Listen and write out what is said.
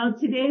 today